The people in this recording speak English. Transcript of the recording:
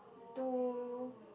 two